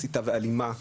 מסיתה ואלימה,